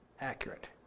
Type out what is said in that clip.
accurate